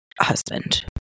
husband